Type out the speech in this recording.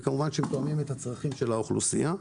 כמובן שתואמים את הצרכים של האוכלוסייה.